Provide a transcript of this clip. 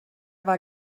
war